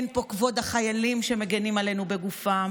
אין פה כבוד החיילים שמגינים עלינו בגופם,